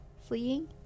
fleeing